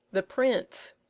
the prints,